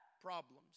problems